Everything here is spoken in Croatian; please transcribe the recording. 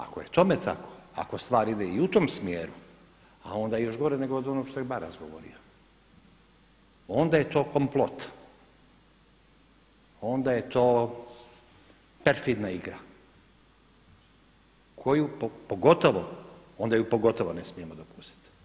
Ako je tome tako, ako stvar ide i u tom smjeru, a onda je još gore nego od onoga što je Maras govorio, onda je to komplot, onda je to perfidna igra koju pogotovo onda ju pogotovo ne smijemo dopustiti.